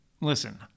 listen